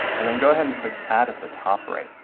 and then go ahead and click add at the top right.